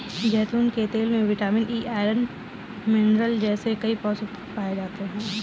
जैतून के तेल में विटामिन ई, आयरन, मिनरल जैसे कई पोषक तत्व पाए जाते हैं